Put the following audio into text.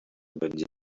będzie